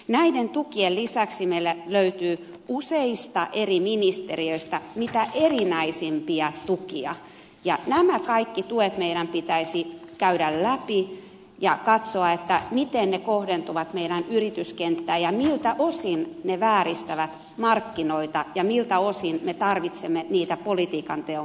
näiden tukien lisäksi meillä löytyy useista eri ministeriöistä mitä erinäisimpiä tukia ja nämä kaikki tuet meidän pitäisi käydä läpi ja katsoa miten ne kohdentuvat meidän yrityskenttäämme ja miltä osin ne vääristävät markkinoita ja miltä osin me tarvitsemme niitä politiikanteon keinoina